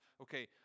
okay